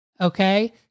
Okay